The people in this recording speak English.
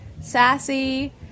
Sassy